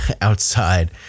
outside